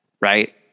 Right